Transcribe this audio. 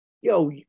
yo